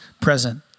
present